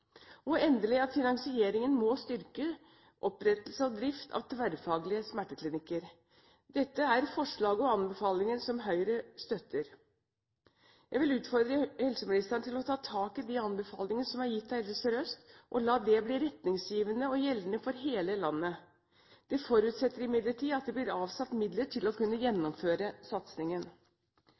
og endelig at finansieringen må styrke opprettelse og drift av tverrfaglige smerteklinikker. Dette er forslag og anbefalinger som Høyre støtter. Jeg vil utfordre helseministeren til å ta tak i de anbefalingene som er gitt av Helse Sør-Øst, og la det bli retningsgivende og gjeldende for hele landet. Det forutsetter imidlertid at det blir avsatt midler til å kunne gjennomføre satsingen.